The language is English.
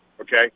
okay